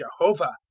Jehovah